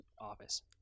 office